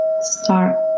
start